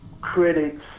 critics